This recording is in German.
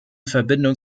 verbindung